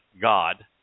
God